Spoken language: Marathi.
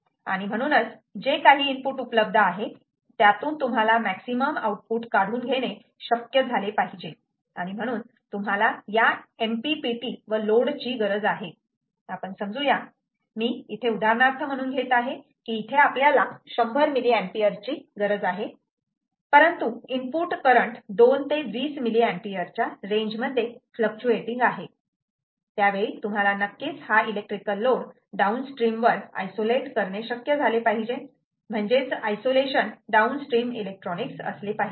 आणि म्हणूनच जे काही इनपुट उपलब्ध आहे त्यातून तुम्हाला मॅक्सिमम आउटपुट काढून घेणे शक्य झाले पाहिजे आणि म्हणून तुम्हाला या MPPT व लोड ची गरज आहे आपण समजू या मी उदाहरणार्थ म्हणून घेत आहे की इथे आपल्याला 100 mA ची गरज आहे परंतु इनपुट करंट 2 ते 20 mA च्या रेंज मध्ये फ्लूक्चुएटिंग आहे त्यावेळी तुम्हाला नक्कीच हा इलेक्ट्रिकल लोड डाउनस्ट्रीम वर आयसोलेट करणे शक्य झाले पाहिजे म्हणजेच आयसोलेशन डाऊन स्ट्रीम इलेक्ट्रॉनिक्स असले पाहिजे